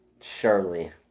surely